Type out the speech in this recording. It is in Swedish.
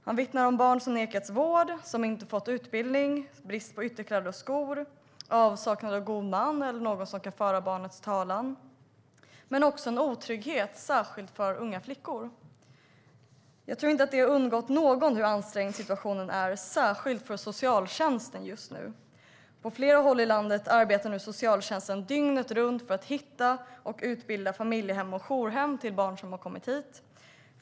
Han vittnade om barn som nekats vård och som inte fått utbildning, om brist på ytterkläder och skor, om avsaknad av god man eller någon som kan föra barnets talan men också om en otrygghet, särskilt för unga flickor. Jag tror inte att det har undgått någon hur ansträngd situationen är för socialtjänsten just nu. På flera håll i landet arbetar socialtjänsten dygnet runt för att hitta och utbilda familjehem och jourhem till barn som har kommit hit.